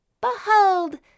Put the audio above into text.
Behold